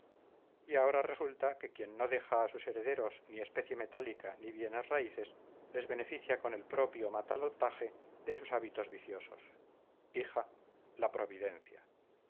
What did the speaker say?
y ahora resulta que quien no deja a sus herederos ni especie metálica ni bienes raíces les beneficia con el propio matalotaje de sus hábitos viciosos hija la providencia